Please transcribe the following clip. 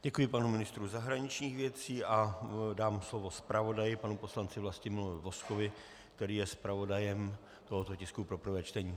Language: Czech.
Děkuji panu ministrovi zahraničních věcí a dám slovo zpravodaji, panu poslanci Vlastimilu Vozkovi, který je zpravodajem tohoto tisku pro prvé čtení.